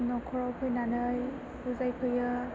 नखराव फैनानै बुजायफैयो